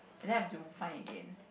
and then I have to find again